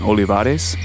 Olivares